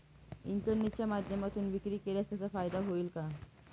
इंटरनेटच्या माध्यमातून विक्री केल्यास त्याचा फायदा होईल का?